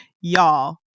Y'all